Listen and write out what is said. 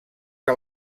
que